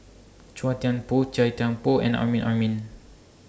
Chua Thian Poh Chia Thye Poh and Amrin Amin